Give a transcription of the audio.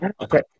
Okay